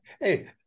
Hey